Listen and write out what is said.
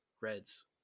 Reds